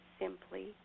Simply